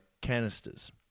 canisters